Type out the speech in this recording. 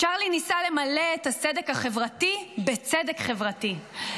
צ'רלי ניסה למלא את הסדק החברתי בצדק חברתי.